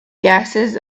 gases